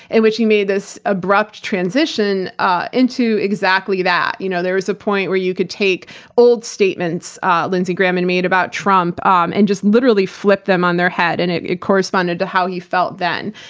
in which he made this abrupt transition ah into exactly that. you know there was a point where you could take old statements lindsey graham had and made about trump, um and just literally flip them on their head, and it it corresponded to how he felt then.